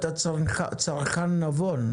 אתה צרכן נבון.